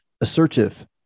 assertive